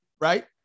right